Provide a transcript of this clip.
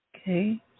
Okay